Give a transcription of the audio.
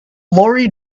lorry